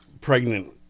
pregnant